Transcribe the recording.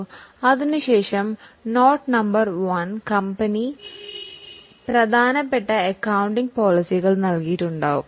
സാമ്പത്തിക പ്രസ്താവനയ്ക്ക് ശേഷം നോട്ട് നമ്പർ 1 കമ്പനി പ്രധാനപ്പെട്ട അക്കൌണ്ടിംഗ് പോളിസികൾ നല്കിയിരിക്കും